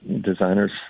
designers